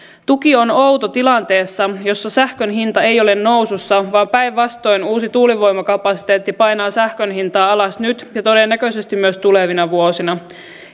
tuki on outo tilanteessa jossa sähkön hinta ei ole nousussa vaan päinvastoin uusi tuulivoimakapasiteetti painaa sähkön hintaa alas nyt ja todennäköisesti myös tulevina vuosina